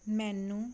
ਮੈਨੂੰ